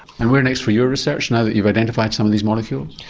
and where next for your research now that you've identified some of these molecules?